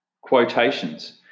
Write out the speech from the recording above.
quotations